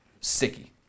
sicky